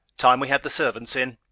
time we had the servants in.